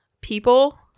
People